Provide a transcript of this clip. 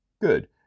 Good